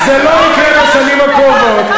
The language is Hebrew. זה לא יקרה בשנים הקרובות,